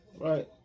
Right